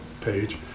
page